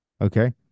Okay